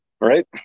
right